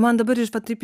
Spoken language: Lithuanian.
man dabar va taip